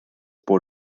bod